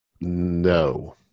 No